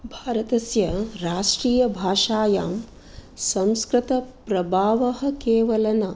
भारतस्य राष्ट्रीयभाषायां संस्कृतप्रभावः केवल न